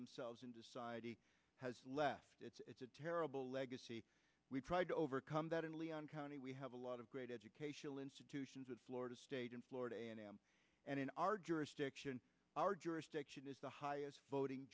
themselves into society has left it's a terrible legacy we tried to overcome that in leon county we have a lot of great educational institutions of florida state in florida and in our jurisdiction our jurisdiction is the highest voting